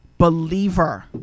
believer